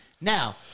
now